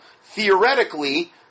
Theoretically